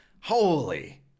Holy